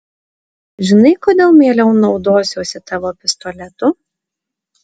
žinai kodėl mieliau naudosiuosi tavo pistoletu